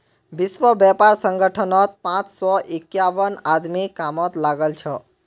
विश्व व्यापार संगठनत पांच सौ इक्यावन आदमी कामत लागल छ